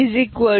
50